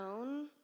own